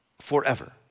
forever